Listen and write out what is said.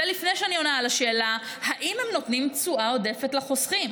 זה לפני שאני עונה על השאלה אם הם נותנים תשואה עודפת לחוסכים.